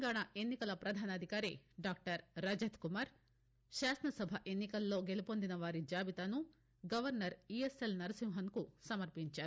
తెలంగాణ ఎన్నికల పధాన అధికారి డాక్షర్ రజత్కుమార్ శాసనసభ ఎన్నికల్లో గెలుపొందిన వారి జాబితాను గవర్సర్ ఈఎస్ఎల్ నరసింహన్కు సమర్పించారు